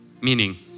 meaning